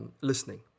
listening